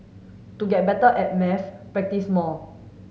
to get better at maths practise more